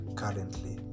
currently